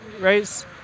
race